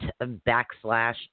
backslash